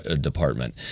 Department